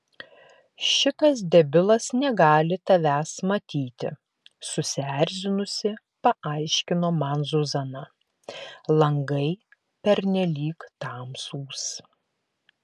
šitas debilas negali tavęs matyti susierzinusi paaiškino man zuzana langai pernelyg tamsūs